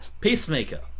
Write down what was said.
Peacemaker